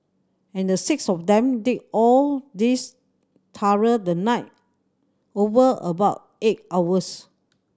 and the six of them did all this through the night over about eight hours